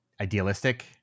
idealistic